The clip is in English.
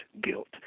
guilt